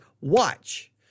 watch